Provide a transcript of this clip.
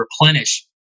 replenish